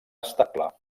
estable